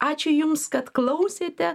ačiū jums kad klausėte